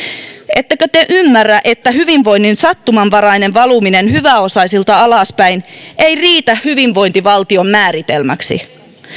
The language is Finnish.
ettekö te ymmärrä että hyvinvoinnin sattumanvarainen valuminen hyväosaisilta alaspäin ei riitä hyvinvointivaltion määritelmäksi